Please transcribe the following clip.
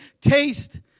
Taste